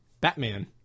Batman